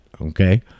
okay